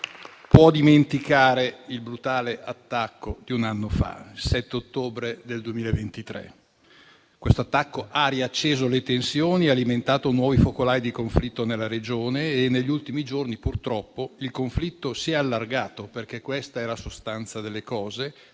può dimenticare il brutale attacco di un anno fa, il 7 ottobre 2023. Quell'attacco ha riacceso le tensioni, alimentato nuovi focolai di conflitto nella regione e negli ultimi giorni, purtroppo, il conflitto si è allargato - questa è la sostanza delle cose